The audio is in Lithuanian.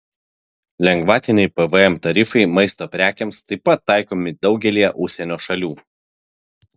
lengvatiniai pvm tarifai maisto prekėms taip pat taikomi daugelyje užsienio šalių